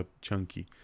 chunky